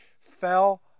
fell